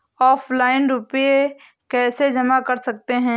Offline रुपये कैसे जमा कर सकते हैं?